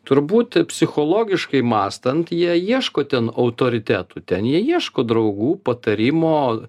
turbūt psichologiškai mąstant jie ieško ten autoritetų ten jie ieško draugų patarimo